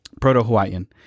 Proto-Hawaiian